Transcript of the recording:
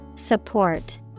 Support